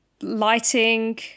lighting